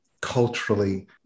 culturally